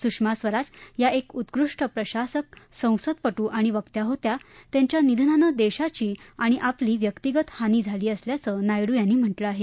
सुषमा स्वराज या एक उत्कृष्ट प्रशासक संसदपटू आणि वक्त्या होत्या त्यांच्या निधनानं देशाची आणि आपली व्यक्तीगतही हानी झाली असल्याचं नायडू यांनी म्हटलं आहे